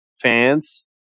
fans